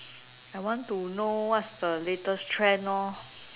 I want to know what is the latest trend lor